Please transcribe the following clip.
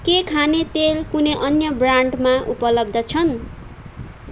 के खाने तेल कुनै अन्य ब्रान्डमा उपलब्ध छन्